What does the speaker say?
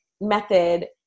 method